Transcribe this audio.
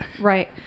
Right